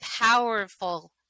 powerful